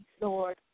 Lord